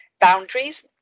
boundaries